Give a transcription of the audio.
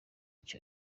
cyo